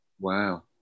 Wow